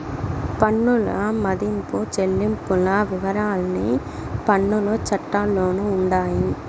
పన్నుల మదింపు చెల్లింపుల వివరాలన్నీ పన్నుల చట్టాల్లోనే ఉండాయి